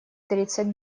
тридцать